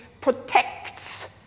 protects